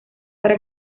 para